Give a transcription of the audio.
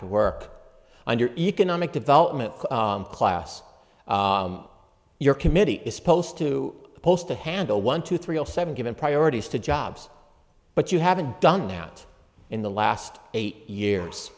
to work and your economic development class your committee is supposed to post to handle one two three seven given priorities to jobs but you haven't done that in the last eight years